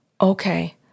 okay